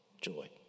Joy